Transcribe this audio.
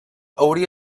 hauria